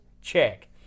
check